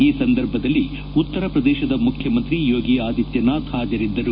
ಈ ಸಂದರ್ಭದಲ್ಲಿ ಉತ್ತರಪ್ರದೇಶದ ಮುಖ್ಯಮಂತ್ರಿ ಯೋಗಿ ಆದಿತ್ಯನಾಥ್ ಪಾಜರಿದ್ದರು